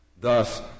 Thus